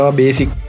basic